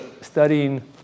studying